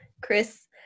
chris